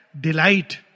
Delight